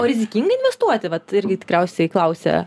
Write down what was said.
o rizikinga investuoti vat irgi tikriausiai klausia